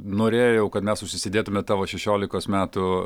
norėjau kad mes užsidėtumėme tavo šešiolikos metų